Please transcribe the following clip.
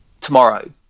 tomorrow